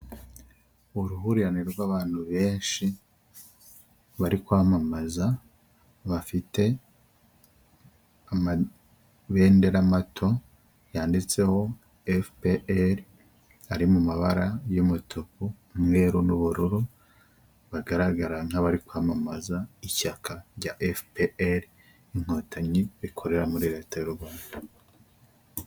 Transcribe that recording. Ihahiro ririmo ibicuruzwa byinshi bitandukanye, hakubiyemo ibyoku kurya urugero nka biswi, amasambusa, amandazi harimo kandi n'ibyo kunywa nka ji, yahurute n'amata.